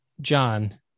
John